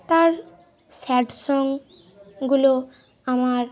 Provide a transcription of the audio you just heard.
তার স্যাড সংগুলো আমার